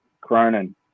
Cronin